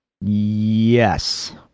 yes